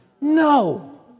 No